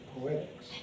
poetics